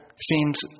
seems